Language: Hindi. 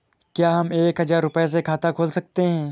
क्या हम एक हजार रुपये से खाता खोल सकते हैं?